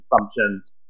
assumptions